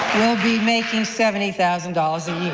will be making seventy thousand dollars a